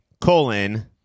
colon